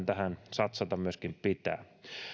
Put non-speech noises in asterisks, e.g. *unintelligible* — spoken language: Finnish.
*unintelligible* tähän satsata myöskin pitää